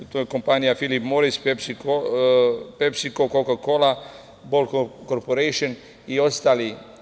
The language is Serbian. To u je kompanija „Filip Moris“, „Pepsi Ko“, „Koka-kola“, „Bol korporejšn“ i ostali.